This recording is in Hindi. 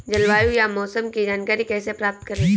जलवायु या मौसम की जानकारी कैसे प्राप्त करें?